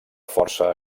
força